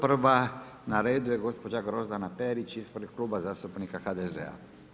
Prva na redu je gospođa Grozdana Perić ispred Kluba zastupnika HDZ-a.